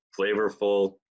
flavorful